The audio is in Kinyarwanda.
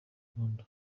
rwanda